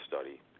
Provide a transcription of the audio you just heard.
study